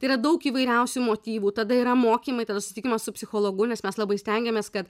tai yra daug įvairiausių motyvų tada yra mokymai tada susitikimas su psichologu nes mes labai stengiamės kad